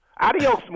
Adios